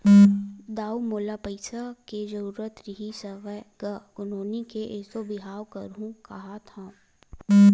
दाऊ मोला पइसा के जरुरत रिहिस हवय गा, नोनी के एसो बिहाव करहूँ काँहत हँव